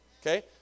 Okay